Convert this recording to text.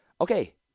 Okay